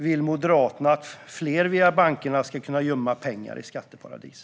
Vill Moderaterna att fler via bankerna ska kunna gömma pengar i skatteparadis?